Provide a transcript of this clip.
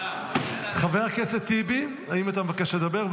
חבר הכנסת טיבי, האם אתה מבקש לדבר?